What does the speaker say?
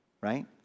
right